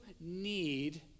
need